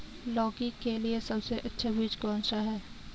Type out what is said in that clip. लौकी के लिए सबसे अच्छा बीज कौन सा है?